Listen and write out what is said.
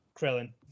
krillin